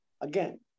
again